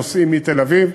נוסעים מתל-אביב.